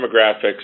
demographics